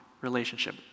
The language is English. relationship